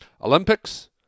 Olympics